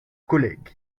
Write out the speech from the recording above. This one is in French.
collègues